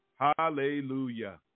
Hallelujah